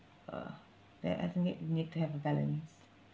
uh that I think it need to have a balance